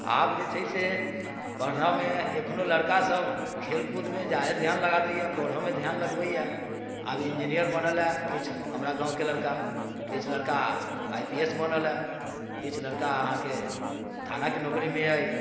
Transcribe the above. आब जे छै से पढ़ऽ मे एखनो लड़का सभ खेलकूदमे जादे ध्यान लगा दैया पढ़ऽ मे ध्यान लगबैया आब इन्जीनियर बनलैया किछु हमरा गाँवके लड़का किछु लड़का आई पी एस बनलैया किछु लड़का अहाँकेँ थानाके नौकरीमे अइ